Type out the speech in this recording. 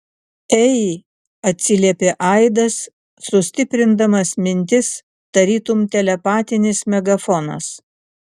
ei atsiliepė aidas sustiprindamas mintis tarytum telepatinis megafonas